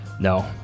No